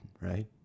right